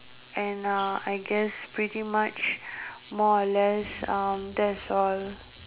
and uh I guess pretty much more or less uh that's all